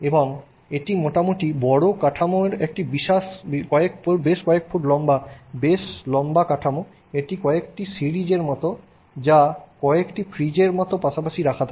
এবং এটি মোটামুটি বড় কাঠামো এটি বেশ কয়েক ফুট লম্বা বেশ লম্বা কাঠামো এটি কয়েকটি সিরিজের মতো যা কয়েকটি ফ্রিজের মতো পাশাপাশি রাখা আছে